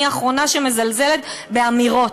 ואני האחרונה שמזלזלת באמירות.